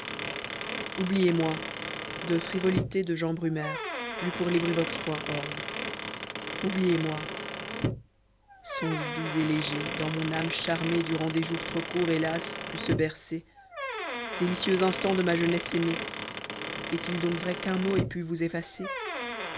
oubliez-moi songes doux et légers dans mon âme charmée durant des jours trop courts hélas put se bercer délicieux instants de ma jeunesse aimée est-il donc vrai qu'un mot ait pu vous effacer